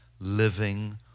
living